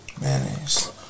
mayonnaise